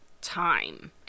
time